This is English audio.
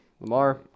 Lamar